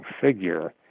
figure